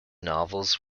novels